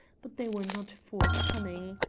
but they were not forthcoming.